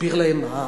אסביר להם מה?